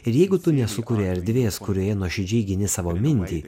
ir jeigu tu nesukuri erdvės kurioje nuoširdžiai gyni savo mintį